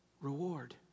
reward